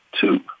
two